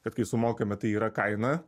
kad kai sumokame tai yra kaina